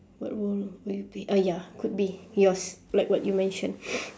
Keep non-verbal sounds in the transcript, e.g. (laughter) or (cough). what role would you play uh ya could be yours like what you mention (breath)